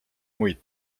muid